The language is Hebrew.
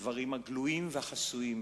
בדברים הגלויים והחסויים,